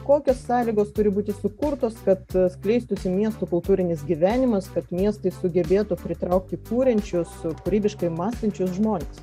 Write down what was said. kokios sąlygos turi būti sukurtos kad skleistųsi miesto kultūrinis gyvenimas kad miestas sugebėtų pritraukti kuriančius kūrybiškai mąstančius žmones